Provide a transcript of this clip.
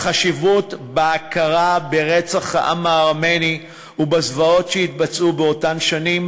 לחשיבות ההכרה ברצח העם הארמני ובזוועות שהתבצעו באותן שנים.